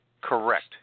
Correct